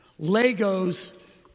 Legos